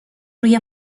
روی